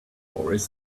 boris